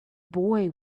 boy